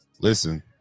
Listen